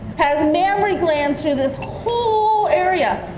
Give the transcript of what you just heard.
has mammary glands through this whole area,